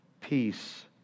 Peace